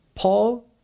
Paul